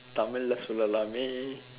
தமிழுல சொல்லலாமே:thamizhula sollalaamee